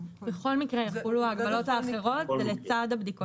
בכל מקרה יחולו ההגבלות האחרות לצד הבדיקות האחרות.